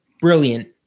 brilliant